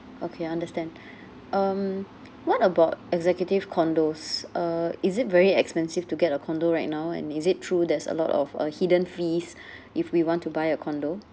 okay understand um what about executive condos uh is it very expensive to get a condo right now and is it true there's a lot of uh hidden fees if we want to buy a condo